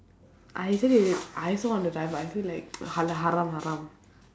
I actually I also want to try but I feel like hala~ haram haram